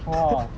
!wah!